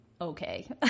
Okay